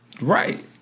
Right